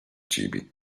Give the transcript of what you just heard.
cibi